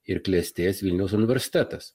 ir klestės vilniaus universitetas